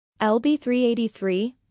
LB-383